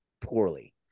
poorly